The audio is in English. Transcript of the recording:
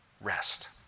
rest